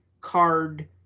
card